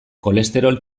kolesterol